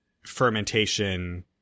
fermentation